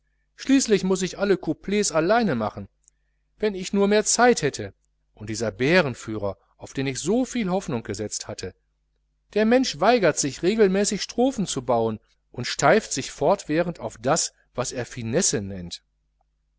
schließlich muß ich alle couplets alleine machen wenn ich nur mehr zeit hätte und dieser bärenführer auf den ich so viel hoffnung gesetzt hatte der mensch weigert sich regelmäßige strophen zu bauen und steift sich fortwährend auf das was er finesse nennt